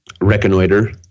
Reconnoiter